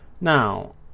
Now